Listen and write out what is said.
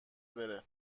بره